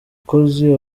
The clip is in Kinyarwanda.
mukozi